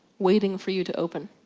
waiting for you to open.